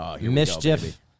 Mischief